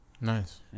nice